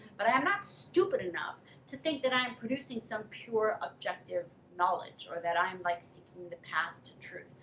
but i am not stupid enough to think that i am producing some pure objective knowledge, or that i am like seeking the path to truth.